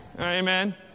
amen